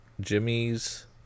Jimmy's